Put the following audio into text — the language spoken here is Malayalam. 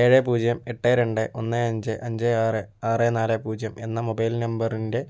ഏഴ് പൂജ്യം എട്ട് രണ്ട് ഒന്ന് അഞ്ച് അഞ്ച് ആറ് ആറ് നാല് പൂജ്യം എന്ന മൊബൈൽ നമ്പറിൻ്റെ